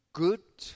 good